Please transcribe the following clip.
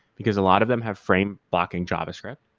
because a lot of them have frame blocking javascript.